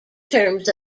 terms